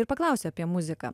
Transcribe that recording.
ir paklausiu apie muziką